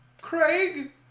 Craig